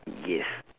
yes